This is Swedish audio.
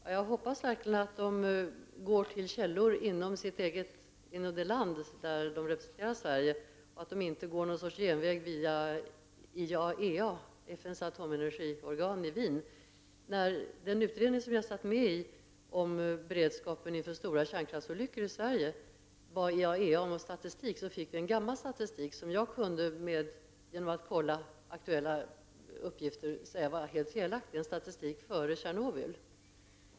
Fru talman! Jag hoppas verkligen att våra ambassader går till källor i det land där de representerar Sverige och inte går någon genväg via IAEA, FN:s atomenergiorgan i Wien. När den utredning som jag satt med i om beredskapen inför stora kärnkraftsolyckor i Sverige bad IAEA om statistik om antalet kärnkraftverk i drift i vår närhet fick utredningen gammal statistik, som jag, genom att kontrollera aktuella uppgifter, kunde se var helt felaktig. Det var en statistik från tiden före Tjernobylolyckan.